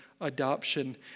adoption